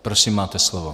Prosím, máte slovo.